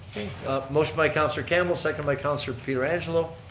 motioned by councillor campbell, second by councillor pietrangelo.